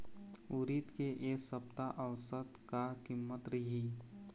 उरीद के ए सप्ता औसत का कीमत रिही?